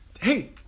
Hey